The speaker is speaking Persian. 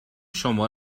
شما